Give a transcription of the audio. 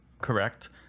correct